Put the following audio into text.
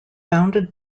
bounded